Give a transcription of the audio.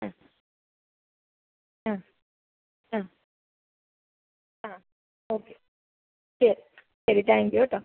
ആ ആ ആ ആ ഓക്കെ ശരി ശരി താങ്ക്യൂ കേട്ടോ